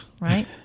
Right